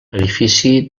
edifici